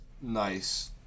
nice